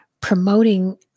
promoting